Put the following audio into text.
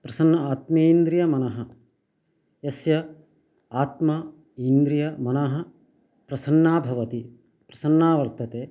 प्रसन्न आत्मीन्द्रियमनः यस्य आत्मा इन्द्रिय मनः प्रसन्ना भवति प्रसन्ना वर्तते